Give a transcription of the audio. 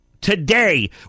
today